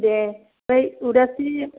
दे बै उदासि